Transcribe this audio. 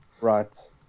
Right